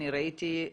אני ראיתי,